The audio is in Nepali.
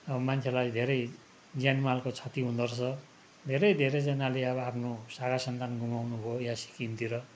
अब मान्छेलाई धेरै ज्यानमालको क्षति हुँदो रहेछ धेरै धेरैजनाले अब आफ्नो शाखासन्तान गुमाउनु भयो यहाँ सिक्किमतिर